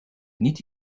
niet